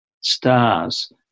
stars